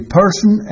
person